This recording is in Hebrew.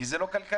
כי זה לא כלכלי.